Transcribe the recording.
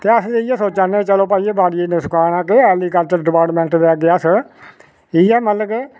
ते अस ते इ'यै सोचा ने चलो भाई बाड़िये गी नुक्सान ऐ ऐग्रीकल्चर डिपार्टमेंट दे अग्गें अस इ'यै मतलब कि